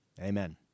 amen